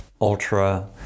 ultra